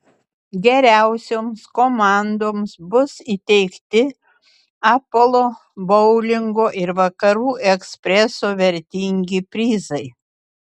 geriausioms komandoms bus įteikti apolo boulingo ir vakarų ekspreso vertingi prizai